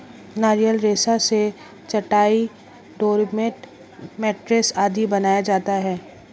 नारियल रेशा से चटाई, डोरमेट, मैटरेस आदि बनाया जाता है